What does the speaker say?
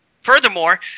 Furthermore